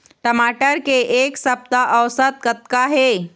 टमाटर के एक सप्ता औसत कतका हे?